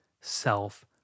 self